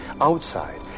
outside